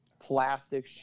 plastic